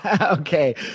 Okay